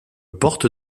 porte